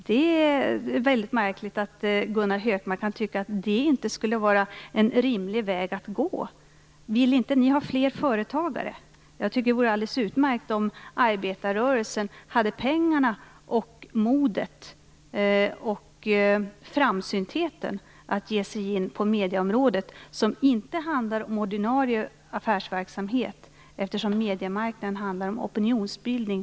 Det är väldigt märkligt att Gunnar Hökmark kan tycka att det inte skulle vara en rimlig väg att gå. Vill inte ni ha fler företagare? Jag tycker att det vore alldeles utmärkt om arbetarrörelsen hade pengarna, modet och framsyntheten att ge sig in på medieområdet. Det handlar inte om ordinarie affärsverksamhet, eftersom mediemarknaden handlar om opinionsbildning.